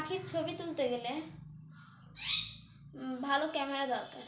পাখির ছবি তুলতে গেলে ভালো ক্যামেরা দরকার